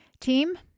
team